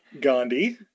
gandhi